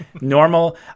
normal